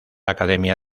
academia